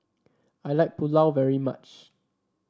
I like Pulao very much